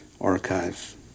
archive